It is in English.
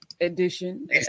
edition